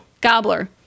Gobbler